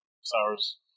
Sours